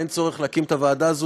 אין צורך להקים את הוועדה הזאת,